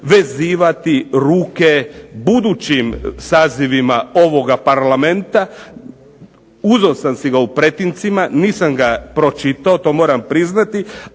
vezivati ruke budući sazivima ovoga parlamenta, uzeo sam si ga u pretincima, nisam ga pročitao, to moram priznati,